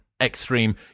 extreme